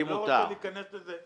אני לא רוצה להיכנס לזה.